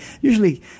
usually